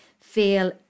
feel